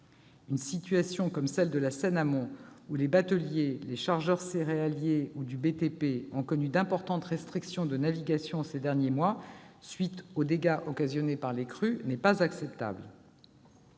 Une situation comme celle de la Seine amont, où les bateliers, les chargeurs céréaliers ou du BTP ont connu d'importantes restrictions de navigation ces derniers mois à la suite des dégâts occasionnés par les crues, n'est pas acceptable.